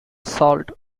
salt